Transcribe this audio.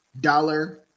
dollar